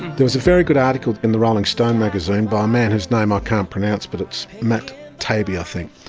there was a very good article in the rolling stone magazine by a man whose name i can't pronounce but it's matt taibbi i think,